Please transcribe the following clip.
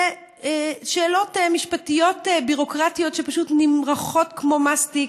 ושאלות משפטיות ביורוקרטיות שפשוט נמרחות כמו מסטיק,